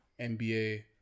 NBA